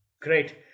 Great